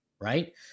right